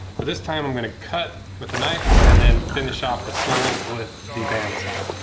but this time i'm going to cut with a knife and then finish off the sole with the bandsaw.